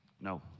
No